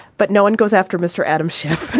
but no one goes after mr. adam schiff.